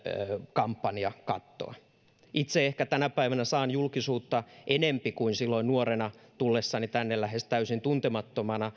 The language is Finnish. kampanjakattoa itse ehkä tänä päivänä saan julkisuutta enempi kuin silloin nuorena tullessani tänne lähes täysin tuntemattomana